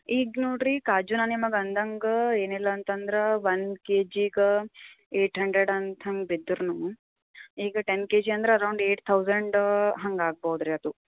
ಈಗ ನೋಡಿರಿ ಕಾಜು ನಾನು ನಿಮಗೆ ಅಂದಂಗೆ ಏನಿಲ್ಲ ಅಂತಂದ್ರೆ ಒಂದ್ ಕೆ ಜಿಗೆ ಏಯ್ಟ್ ಹಂಡ್ರೆಡ್ ಅಂತ ಹಾಂಗೆ ಬಿದ್ರೂನು ಈಗ ಟೆನ್ ಕೆ ಜಿ ಅಂದ್ರೆ ರೌಂಡ್ ಏಯ್ಟ್ ತೌಸಂಡ ಹಾಗೂ ಆಗ್ಬಹುದು ರೀ ಅದು